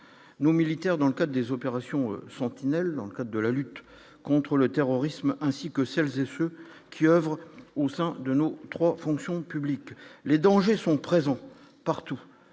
nos militaires dans le cadre des opérations sentinelle dans le cas de la lutte contre le terrorisme, ainsi que celles et ceux qui oeuvrent au sein de 3 fonctions publiques, les dangers sont présents partout